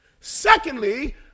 Secondly